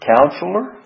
Counselor